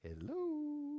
Hello